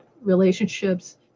relationships